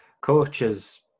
coaches